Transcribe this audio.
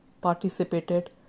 participated